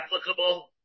applicable